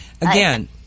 again